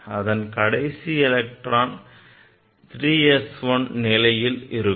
அதன் கடைசி electron 3 s 1 நிலையில் இருக்கும்